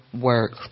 work